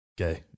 Okay